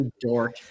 dork